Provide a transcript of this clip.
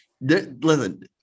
Listen